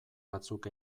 batzuk